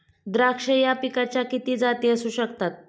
द्राक्ष या पिकाच्या किती जाती असू शकतात?